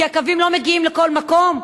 כי הקווים לא מגיעים לכל מקום.